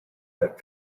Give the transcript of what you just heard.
that